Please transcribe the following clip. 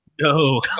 No